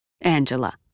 Angela